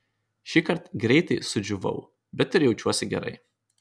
šįkart greitai sudžiūvau bet ir jaučiuosi gerai